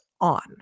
on